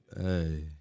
Hey